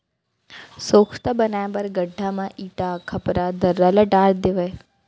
सोख्ता बनाए बर गड्ढ़ा म इटा, खपरा, दर्रा ल डाल देवय